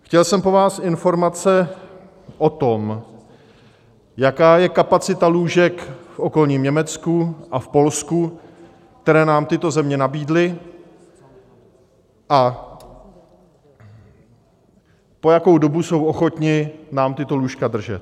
Chtěl jsem po vás informace o tom, jaká je kapacita lůžek v okolním Německu a v Polsku, kterou nám tyto země nabídly, a po jakou dobu jsou ochotny nám tato lůžka držet.